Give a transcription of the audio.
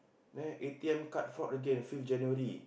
there A_T_M card fraud again fifth January